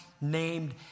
named